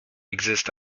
exist